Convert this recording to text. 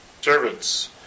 Servants